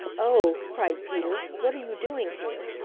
oh! cried peter. what are you doing here?